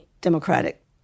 Democratic